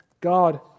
God